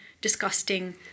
disgusting